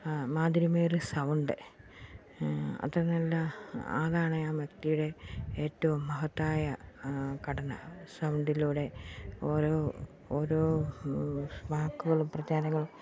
മാധുര്യമായ sound അത്ര നല്ല അതാണ് ആ വ്യക്തിയുടെ ഏറ്റവും മഹത്തായ ഘടന സൗണ്ടിലൂടെ ഓരോ ഓരോ വാക്കുകളും പ്രചാരങ്ങളും